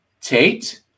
Tate